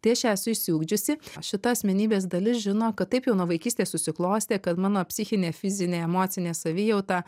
tai aš ją esu išsiugdžiusi šita asmenybės dalis žino kad taip jau nuo vaikystės susiklostė kad mano psichinė fizinė emocinė savijauta